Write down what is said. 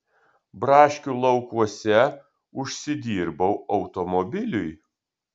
braškių laukuose užsidirbau automobiliui